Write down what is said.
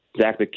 Zach